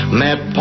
met